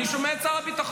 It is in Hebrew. אני שומע את שר הביטחון,